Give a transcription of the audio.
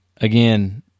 again